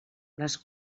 les